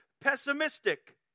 pessimistic